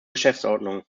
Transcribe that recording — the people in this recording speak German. geschäftsordnung